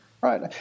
right